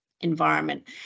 environment